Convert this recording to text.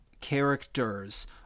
characters